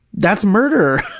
that's murder.